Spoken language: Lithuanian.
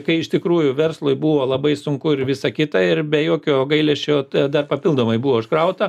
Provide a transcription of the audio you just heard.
kai iš tikrųjų verslui buvo labai sunku ir visa kita ir be jokio gailesčio dar papildomai buvo užkrauta